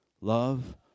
Love